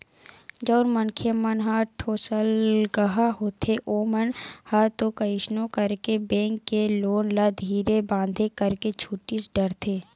जउन मनखे मन ह ठोसलगहा होथे ओमन ह तो कइसनो करके बेंक के लोन ल धीरे बांधे करके छूटीच डरथे